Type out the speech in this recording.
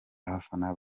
abafana